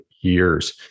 years